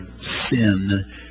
sin